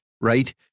right